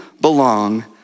belong